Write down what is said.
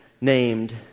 named